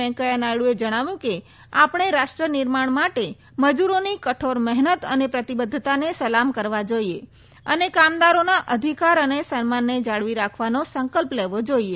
વેંકેયા નાયડુએ જણાવ્યું કે આપછો રાષ્ટ્ર નિર્માણ માટે મજૂરોની કઠોર મહેનત અને પ્રતિબદ્ધતાને સલામ કરવા જોઈએ અને કામદારોના અધિકાર અને સન્માનને જાળવી રાખવાનો સંકલ્પ લેવો જોઈએ